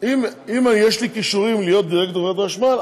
אם יש לי כישורים להיות דירקטור בחברת החשמל,